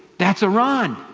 that's iran,